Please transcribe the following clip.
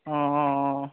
অঁ অঁ